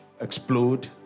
explode